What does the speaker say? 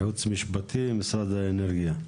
הייעוץ המשפטי של משרד האנרגיה.